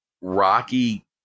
Rocky